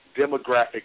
demographic